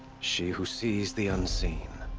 she who sees the unseen.